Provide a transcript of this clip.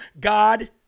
God